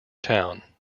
town